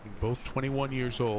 both twenty one years